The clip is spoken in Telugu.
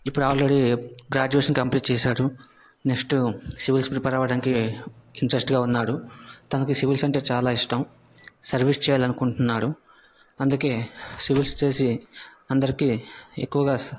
ఇప్పుడు ఆల్రెడీ గ్రాడ్యుయేషన్ కంప్లీట్ చేశాడు నెక్స్ట్ సివిల్స్ ప్రిపేర్ అవడానికి ఇంట్రెస్ట్గా ఉన్నాడు తనకి సివిల్స్ అంటే చాలా ఇష్టం సర్వీస్ చేయాలనుకుంటున్నాడు అందుకే సివిల్స్ చేసి అందరికీ ఎక్కువగా